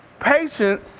Patience